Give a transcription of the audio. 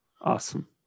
Awesome